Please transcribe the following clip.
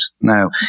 Now